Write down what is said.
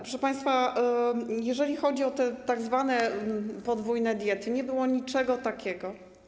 Proszę państwa, jeżeli chodzi o tzw. podwójne diety, to nie było niczego takiego.